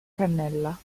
cannella